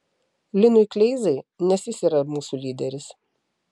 linui kleizai nes jis yra mūsų lyderis